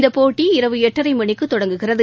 இந்த போட்டி இரவு எட்டரை மணிக்கு தொடங்குகிறது